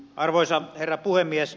arvoisa herra puhemies